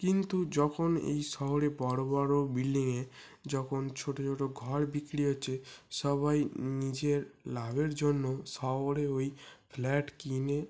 কিন্তু যখন এই শহরে বড়ো বড়ো বিল্ডিঙে যখন ছোটো ছোটো ঘর বিক্রি হচ্ছে সবাই নিজের লাভের জন্য শহরে ওই ফ্ল্যাট কিনে